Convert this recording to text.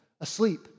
asleep